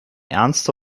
ernste